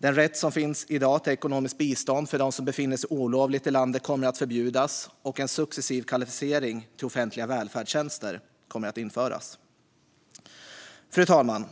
Den rätt som finns i dag till ekonomiskt bistånd för dem som befinner sig olovligt i landet kommer att förbjudas, och i stället kommer en successiv kvalificering till offentliga välfärdstjänster att införas. Fru talman!